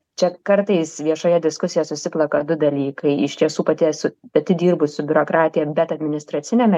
čia kartais viešoje diskusijoje susiplaka du dalykai iš tiesų pati esu pati dirbu su biurokratija bet administraciniame